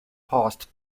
past